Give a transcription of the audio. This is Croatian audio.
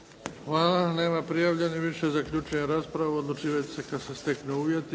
Hvala. Nema prijavljenih. Zaključujem raspravu. Odlučivat će se kada se steknu uvjeti.